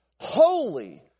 holy